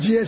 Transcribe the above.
GS